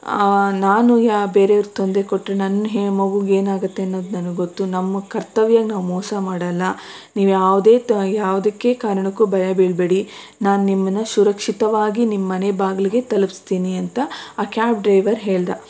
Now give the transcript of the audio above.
ನಾನು ಬೇರೆಯವರ್ಗೆ ತೊಂದರೆ ಕೊಟ್ಟರೆ ನನ್ನ ಮಗುಗೆ ಏನಾಗತ್ತೆ ಅನ್ನೋದು ನನ್ಗೆ ಗೊತ್ತು ನಮ್ಮ ಕರ್ತವ್ಯಗೆ ನಾವು ಮೋಸ ಮಾಡಲ್ಲ ನೀವು ಯಾವುದೇ ಯಾವುದಕ್ಕೆ ಕಾರಣಕ್ಕೂ ಭಯ ಬೀಳಬೇಡಿ ನಾನು ನಿಮ್ಮನ್ನು ಸುರಕ್ಷಿತವಾಗಿ ನಿಮ್ಮ ಮನೆ ಬಾಗ್ಲಿಗೆ ತಲ್ಪಿಸ್ತೀನಿ ಅಂತ ಆ ಕ್ಯಾಬ್ ಡ್ರೈವರ್ ಹೇಳಿದ